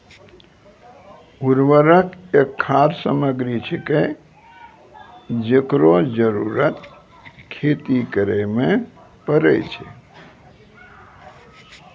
उर्वरक एक खाद सामग्री छिकै, जेकरो जरूरत खेती करै म परै छै